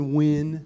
win